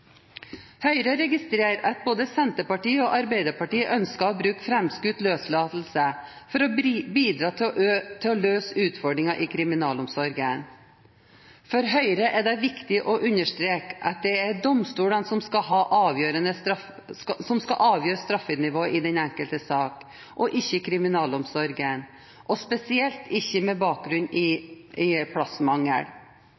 Høyre registrerer at både Senterpartiet og Arbeiderpartiet ønsker å bruke framskutt løslatelse for å bidra til å løse utfordringen i kriminalomsorgen. For Høyre er det viktig å understreke at det er domstolene som skal avgjøre straffenivået i den enkelte sak, og ikke kriminalomsorgen – og spesielt ikke med bakgrunn i plassmangel.